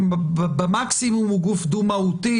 מקסימום הוא גוף דו-מהותי,